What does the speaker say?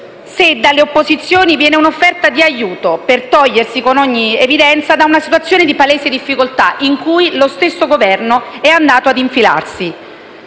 se dalle opposizioni viene un'offerta di aiuto per togliersi, con ogni evidenza, da una situazione di palese difficoltà in cui lo stesso Governo è andato a infilarsi.